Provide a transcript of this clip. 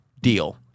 deal